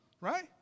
right